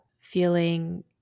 feeling